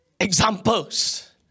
examples